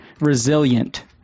Resilient